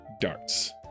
darts